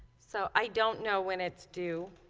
so i don't know when it's due